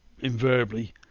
invariably